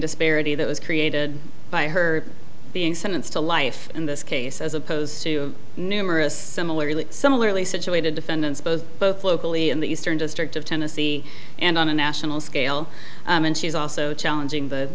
disparity that was created by her being sentenced to life in this case as opposed to numerous similarly similarly situated defendants both both locally in the eastern district of tennessee and on a national scale and she's also challenging